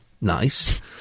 nice